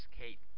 Kate